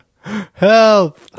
help